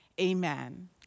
amen